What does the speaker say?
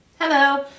Hello